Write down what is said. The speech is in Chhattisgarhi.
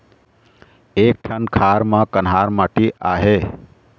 एक ठन खार म कन्हार माटी आहे?